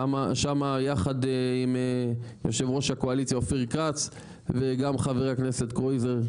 שם יחד עם יושב ראש הקואליציה אופיר כץ וגם חבר הכנסת קרויזר,